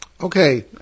Okay